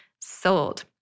sold